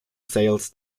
sales